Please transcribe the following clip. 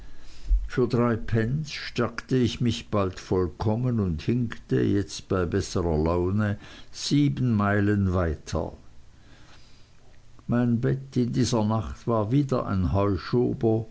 für drei pence stärkte ich mich bald vollkommen und hinkte jetzt besserer laune sieben meilen weiter mein bett in dieser nacht war wieder ein